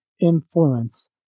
influence